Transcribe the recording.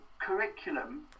curriculum